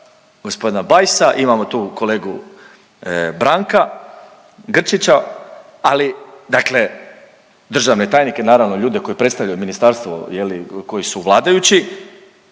gospodina Bajsa imamo tu kolegu Branka Grčića, ali dakle, državne tajnike naravno ljude koji predstavljaju ministarstvo je li koji su vladajući.